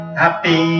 happy